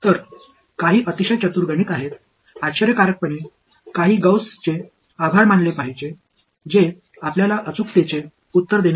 எனவே சில மிக புத்திசாலித்தனமான கணிதத்தில் 2 N 1 துல்லியத்திற்கான பதிலை உங்களுக்கு வழங்கிய காஸுக்கு நன்றி அதே N புள்ளிகளை வைத்திருத்தல்